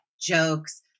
jokes